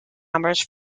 numbers